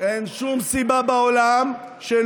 אין שום סיבה בעולם, 1.6 מיליארד.